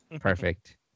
Perfect